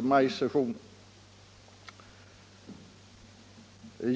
maj.